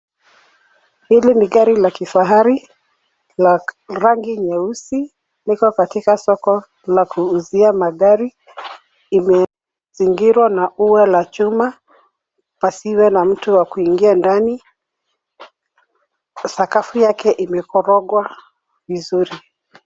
Hili ni gari la kifahari la rangi nyeusi. Liko katika soko la kuuzia magari. Imezingirwa na ua la chuma pasiwe na mtu wa kuingia ndani. Sakafu yake imekorogwa vizuri.